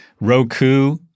Roku –